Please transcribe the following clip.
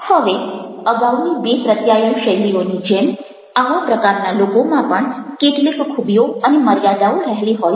હવે અગાઉની બે પ્રત્યાયન શૈલીઓની જેમ આવા પ્રકારના લોકોમાં પણ કેટલીક ખૂબીઓ અને મર્યાદાઓ રહેલી હોય છે